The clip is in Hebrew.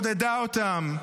עודדה אותם.